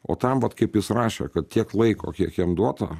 o tam vat kaip jis rašė kad tiek laiko kiek jam duota